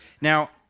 Now